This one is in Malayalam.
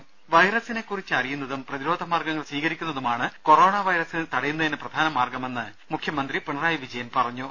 രുദ വൈറസിനെകുറിച്ച് അറിയുന്നതും പ്രതിരോധ മാർഗ്ഗങ്ങൾ സ്വീകരിക്കുന്നതുമാണ് കൊറോണ വൈറസിനെ തടയുന്നതിന് പ്രധാനമാർഗ്ഗമെന്ന് മുഖ്യമന്ത്രി പിണറായി വിജയൻ പറഞ്ഞു